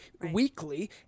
weekly